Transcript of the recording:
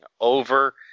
over